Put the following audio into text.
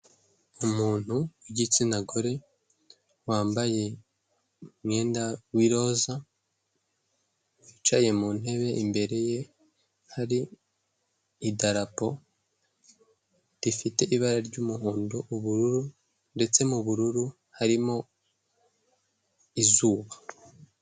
Umuntu w'igitsina gore, wambaye umwenda w'iroza, wicaye mu ntebe, imbere ye hari idarapo rifite ibara ry'umuhondo n'ubururu ndetse mu bururu harimo izuba.